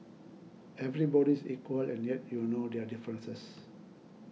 everybody is equal and yet you know their differences